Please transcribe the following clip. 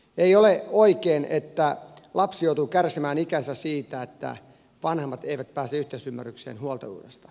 ei ole oikein että lapsi joutuu kärsimään ikänsä siitä että vanhemmat eivät pääse yhteisymmärrykseen huoltajuudesta